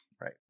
right